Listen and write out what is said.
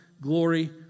glory